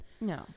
No